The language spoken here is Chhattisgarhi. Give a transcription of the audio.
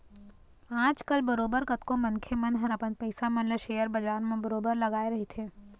आजकल बरोबर कतको मनखे मन ह अपन पइसा मन ल सेयर बजार म बरोबर लगाए रहिथे